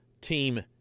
team